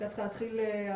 הייתה צריכה להתחיל מזמן,